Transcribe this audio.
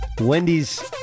Wendy's